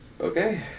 Okay